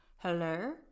hello